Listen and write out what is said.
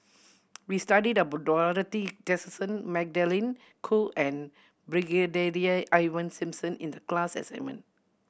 we studied about Dorothy Tessensohn Magdalene Khoo and Brigadier Ivan Simson in the class assignment